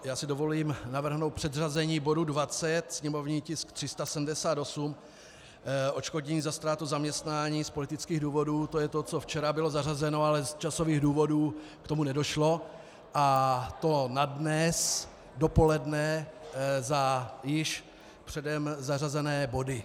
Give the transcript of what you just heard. Já si dovolím navrhnout předřazení bodu 20, sněmovní tisk 378, odškodnění za ztrátu zaměstnání z politických důvodů, to je to, co včera bylo zařazeno, ale z časových důvodů k tomu nedošlo, a to na dnes dopoledne za již předem zařazené body.